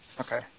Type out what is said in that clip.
Okay